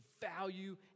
value